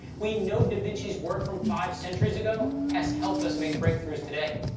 we know da vinci's work from five centuries ago has helped us make breakthroughs today.